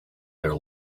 their